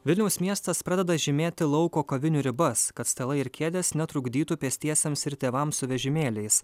vilniaus miestas pradeda žymėti lauko kavinių ribas kad stalai ir kėdės netrukdytų pėstiesiems ir tėvams su vežimėliais